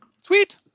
sweet